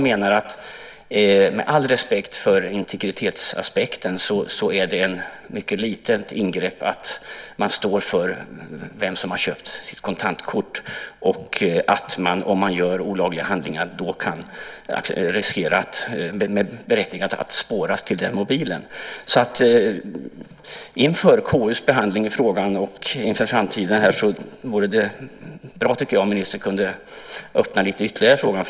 Med all respekt för integritetsaspekten så är det ett mycket litet ingrepp att stå för vem som har köpt sitt kontantkort och att man kan riskera att bli spårad till en viss mobil om man begår olagliga handlingar. Inför KU:s behandling av frågan och inför framtiden vore det bra om ministern kunde öppna frågan ytterligare.